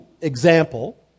example